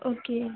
okay